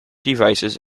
devices